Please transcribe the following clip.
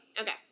Okay